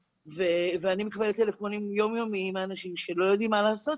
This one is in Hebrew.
ואני מקבלת טלפונים יום יומיים מאנשים שלא יודעים מה לעשות.